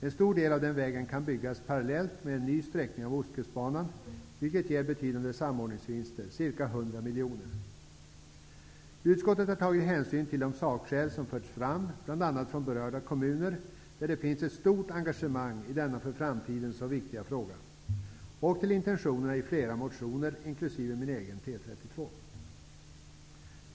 En stor del av den vägen kan byggas parallellt med en ny sträckning av Ostkustbanan, vilket ger betydande samordningsvinster, ca l00 Utskottet har tagit hänsyn till de sakskäl som förts fram bl.a. från berörda kommuner, där det finns ett stort engagemang i denna för framtiden så viktiga fråga, och till intentionerna i flera motioner, inkl.